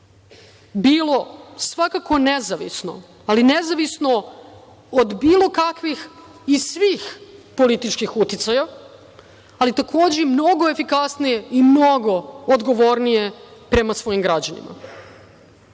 bilo svakako nezavisno, ali nezavisno od bilo kakvih i svih političkih uticaja, ali takođe i mnogo efikasnije i mnogo odgovornije prema svojim građanima.